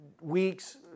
weeks